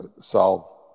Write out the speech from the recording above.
solve